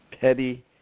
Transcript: petty